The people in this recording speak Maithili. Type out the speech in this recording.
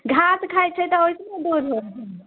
घास खाइ छै तऽ ओइसने दूध होइ